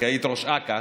כי היית ראש אכ"א